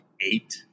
eight